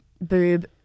boob